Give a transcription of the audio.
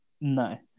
No